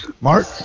Mark